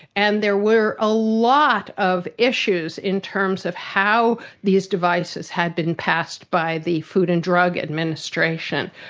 and there were a lot of issues in terms of how these devices had been passed by the food and drug administration.